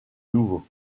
nouveau